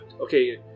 Okay